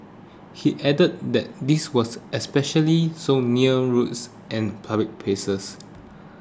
he added that this was especially so near roads and public places